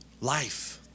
life